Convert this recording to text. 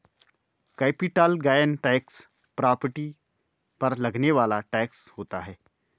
capital gain tax property पर लगने वाला टैक्स होता है